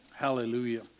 Hallelujah